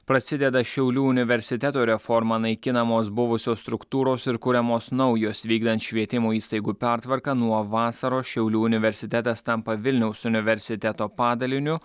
prasideda šiaulių universiteto reforma naikinamos buvusios struktūros ir kuriamos naujos vykdant švietimo įstaigų pertvarką nuo vasaros šiaulių universitetas tampa vilniaus universiteto padaliniu